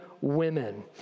women